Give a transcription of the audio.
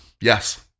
Yes